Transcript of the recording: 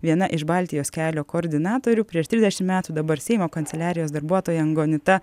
viena iš baltijos kelio koordinatorių prieš trisdešim metų dabar seimo kanceliarijos darbuotoja angonita